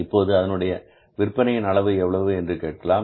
இப்போது அதனுடைய விற்பனையின் அளவு எவ்வளவு என்று கேட்கலாம்